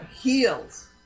heals